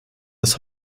dass